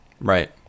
Right